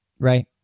Right